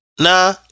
Nah